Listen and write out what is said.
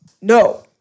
No